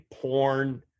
porn